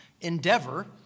endeavor